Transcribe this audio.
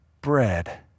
bread